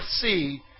see